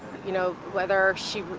you know, whether she,